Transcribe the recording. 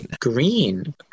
Green